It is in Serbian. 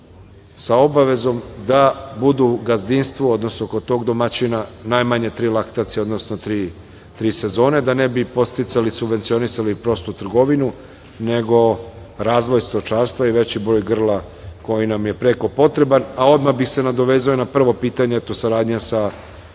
sa obavezom da budu gazdinstvo, odnosno kod tog domaćina, najmanje tri laktacije, tri sezone, da ne bi podsticali i subvencionisali prostu trgovinu, nego razvoj stočarstva i veći broj grla, koji nam je preko potreban, a odmah bih se nadovezao i na prvo pitanje, a to je saradnja sa